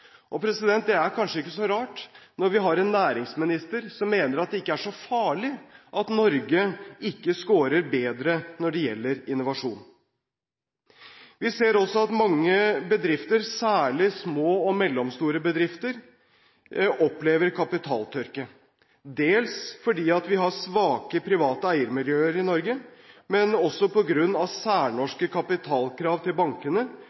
Det er kanskje ikke så rart når vi har en næringsminister som mener at det ikke er så farlig at Norge ikke skårer bedre når det gjelder innovasjon. Vi ser også at mange bedrifter – særlig små og mellomstore – opplever kapitaltørke. Dels fordi vi har svake private eiermiljøer i Norge, men også på grunn av særnorske kapitalkrav til bankene,